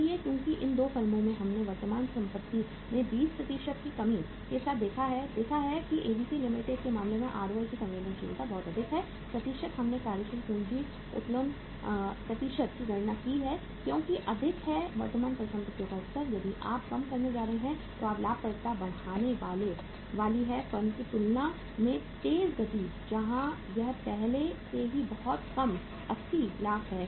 इसलिए क्योंकि इन 2 फर्मों में हमने वर्तमान संपत्ति में 20 की कमी के साथ देखा है देखा है कि एबीसी लिमिटेड के मामले में आरओआई की संवेदनशीलता बहुत अधिक है प्रतिशत हमने कार्यशील पूंजी उत्तोलन प्रतिशत की गणना की है क्योंकि अधिक है वर्तमान परिसंपत्तियों का स्तर यदि आप कम करने जा रहे हैं कि आपकी लाभप्रदता बढ़ने वाली है फर्म की तुलना में तेज गति जहां यह पहले से ही बहुत कम 80 लाख है